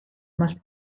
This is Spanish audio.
más